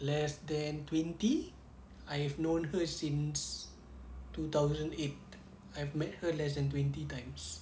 less than twenty I've known her since two thousand eight I've met her less than twenty times